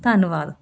ਧੰਨਵਾਦ